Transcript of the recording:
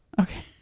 Okay